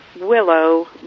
willow